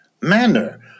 manner